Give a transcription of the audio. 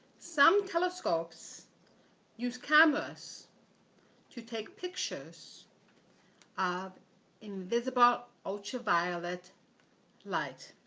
some telescopes use cameras to take pictures of invisible ultraviolet light.